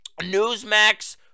Newsmax